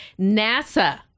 NASA